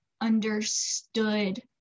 understood